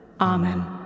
Amen